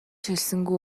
хэлсэнгүй